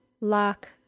lock